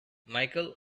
michael